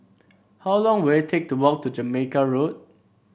how long will it take to walk to Jamaica Road